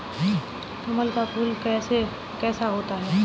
कमल का फूल कैसा होता है?